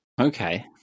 Okay